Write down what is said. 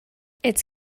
its